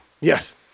Yes